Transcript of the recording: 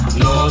no